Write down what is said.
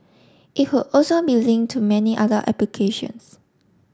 it would also be link to many other applications